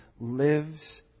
lives